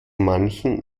manchen